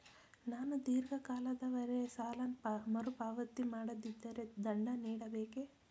ನಾನು ಧೀರ್ಘ ಕಾಲದವರೆ ಸಾಲ ಮರುಪಾವತಿ ಮಾಡದಿದ್ದರೆ ದಂಡ ನೀಡಬೇಕೇ?